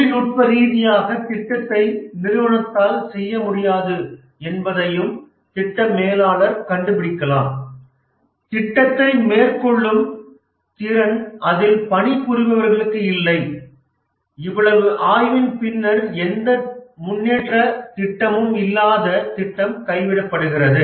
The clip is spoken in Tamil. தொழில்நுட்ப ரீதியாக திட்டத்தை நிறுவனத்தால் செய்ய முடியாது என்பதையும் திட்ட மேலாளர் கண்டுபிடிக்கலாம் திட்டத்தை மேற்கொள்ளும் திறன் அதில் பணிபுரிபவர்களுக்கு இல்லை இவ்வளவு ஆய்வின் பின்னர் எந்த முன்னேற்ற திட்டமும் இல்லாத திட்டம் கைவிடப்படுகிறது